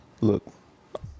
Look